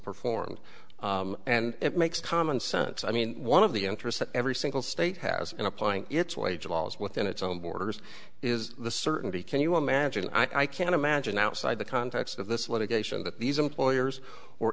performed and it makes common sense i mean one of the interests of every single state has in applying its wage laws within its own borders is the certainty can you imagine i can imagine outside the context of this litigation that these employers or